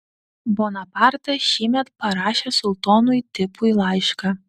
bonapartas šįmet parašė sultonui tipui laišką